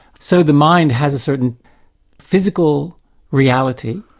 so the mind has a certain physical reality,